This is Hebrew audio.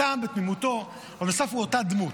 התם, בתמימותו, אבל בסוף הוא אותה דמות.